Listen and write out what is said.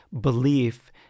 belief